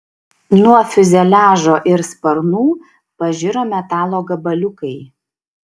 nuo fiuzeliažo ir sparnų pažiro metalo gabaliukai